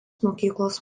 mokyklos